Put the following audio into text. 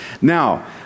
now